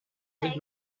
sich